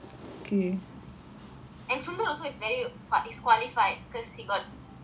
and sundra is also qua~ qualified because he got he is a vey good leader